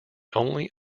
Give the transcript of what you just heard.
only